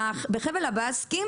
בחבל הבאסקים